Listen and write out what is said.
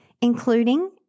including